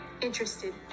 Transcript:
interested